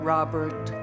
Robert